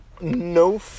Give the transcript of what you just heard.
No